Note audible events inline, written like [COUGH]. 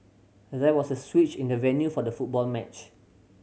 [UNINTELLIGIBLE] there was a switch in the venue for the football match